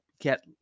get